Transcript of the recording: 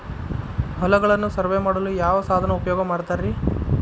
ಹೊಲಗಳನ್ನು ಸರ್ವೇ ಮಾಡಲು ಯಾವ ಸಾಧನ ಉಪಯೋಗ ಮಾಡ್ತಾರ ರಿ?